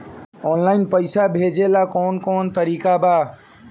Online पइसा भेजेला कवन कवन तरीका बा?